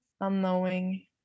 unknowing